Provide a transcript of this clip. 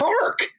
park